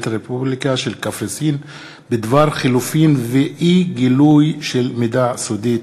הרפובליקה של קפריסין בדבר חילופין ואי-גילוי של מידע סודי.